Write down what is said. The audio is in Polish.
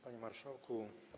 Panie Marszałku!